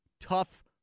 tough